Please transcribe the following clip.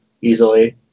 easily